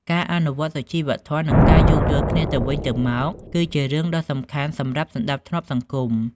ការអនុវត្តន៍សុជីវធម៌និងការយោគយល់គ្នាទៅវិញទៅមកគឺជារឿងដ៏សំខាន់សម្រាប់សណ្តាប់ធ្នាប់សង្គម។